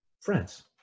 friends